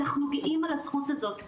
אנחנו גאים על הזכות הזאת,